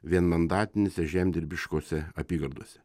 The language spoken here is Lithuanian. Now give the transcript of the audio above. vienmandatinėse žemdirbiškose apygardose